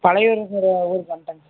பலையூருங்கிற ஊருக்கு வந்துட்டேங்க சார்